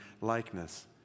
likeness